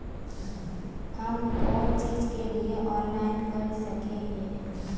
हम कोन चीज के लिए ऑनलाइन कर सके हिये?